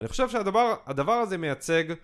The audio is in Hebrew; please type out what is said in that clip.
אני חושב שהדבר הזה מייצג